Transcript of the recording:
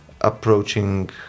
approaching